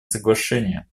соглашение